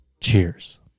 cheers